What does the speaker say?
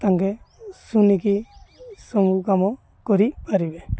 ତାଙ୍କେ ଶୁଣିକି ସବୁ କାମ କରିପାରିବେ